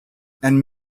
and